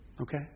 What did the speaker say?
Okay